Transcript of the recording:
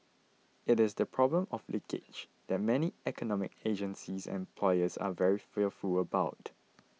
it is the problem of leakage that many economic agencies and employers are very fearful about